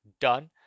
done